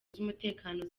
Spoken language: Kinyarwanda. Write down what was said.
z’umutekano